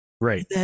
Right